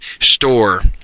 store